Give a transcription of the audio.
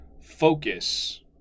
focus